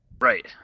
Right